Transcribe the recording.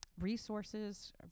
resources